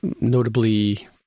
notably